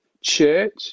church